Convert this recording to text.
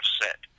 set